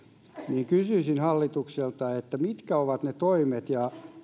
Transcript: niin kysyisin hallitukselta mitkä ovat ne toimet